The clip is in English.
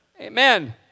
Amen